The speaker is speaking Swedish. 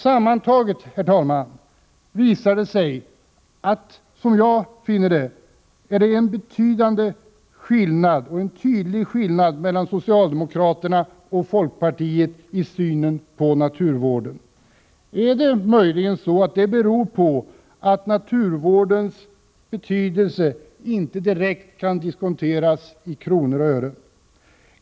Sammantaget, herr talman, visar det sig enligt min mening att det finns en tydlig skillnad mellan socialdemokraterna och folkpartiet i synen på naturvården. Beror detta möjligen på att naturvårdens betydelse inte direkt kan diskonteras i kronor och ören?